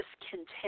discontent